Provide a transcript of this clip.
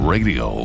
Radio